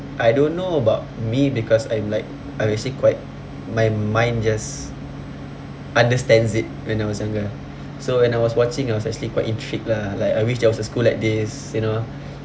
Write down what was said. I don't know about me because I'm like I'm actually quite my mind just understands it when I was younger so when I was watching I was actually quite intrigued lah like I wish there was a school like this you know